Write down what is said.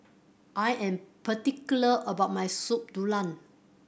I am particular about my Soup Tulang